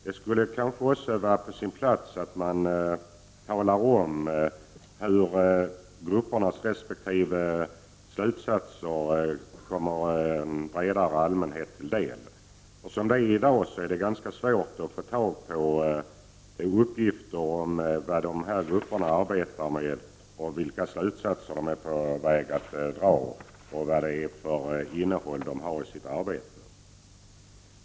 Det skulle kanske också vara på sin plats att man talade om hur den breda allmänheten kan få del av gruppernas resp. slutsatser. Som det är i dag är det ganska svårt att få uppgifter om vad dessa grupper arbetar med, vad de har för innehåll för sitt arbete och vilka slutsatser de kan förväntas ha.